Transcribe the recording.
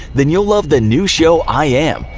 then you'll love the new show i am.